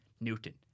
Newton